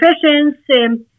professions